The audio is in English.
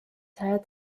had